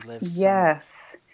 Yes